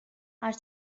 are